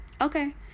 okay